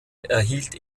erhielt